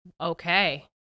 Okay